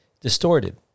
distorted